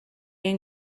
این